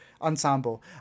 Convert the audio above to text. ensemble